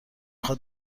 خواد